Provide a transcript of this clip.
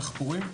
דחפורים,